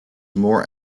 more